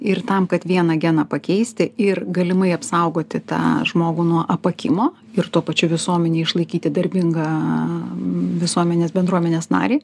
ir tam kad vieną geną pakeisti ir galimai apsaugoti tą žmogų nuo apakimo ir tuo pačiu visuomenėj išlaikyti darbingą visuomenės bendruomenės narį